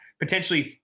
Potentially